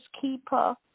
keeper